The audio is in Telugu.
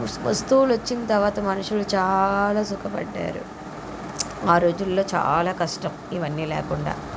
వస్తు వస్తువులు వచ్చిన తర్వాత మనుషులు చాలా సుఖపడ్డారు ఆ రోజుల్లో చాలా కష్టం ఇవన్నీ లేకుండా